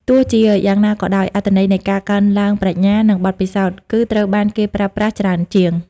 ទោះជាយ៉ាងណាក៏ដោយ អត្ថន័យនៃការកើនឡើងប្រាជ្ញា និងបទពិសោធន៍ គឺត្រូវបានគេប្រើប្រាស់ច្រើនជាង។